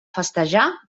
festejar